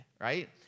right